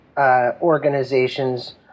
Organizations